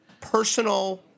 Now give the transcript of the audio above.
personal